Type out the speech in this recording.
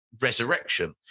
resurrection